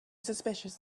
suspicious